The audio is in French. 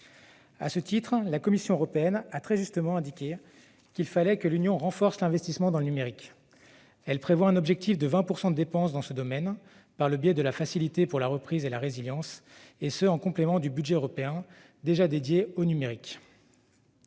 À ce sujet, la Commission européenne a très justement indiqué que l'Union devait renforcer l'investissement dans le numérique. Elle prévoit un objectif de 20 % de dépenses dans ce domaine, par le biais de la facilité pour la reprise et la résilience, et ce en complément du budget européen déjà dédié à ce